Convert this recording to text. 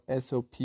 SOP